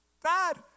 dad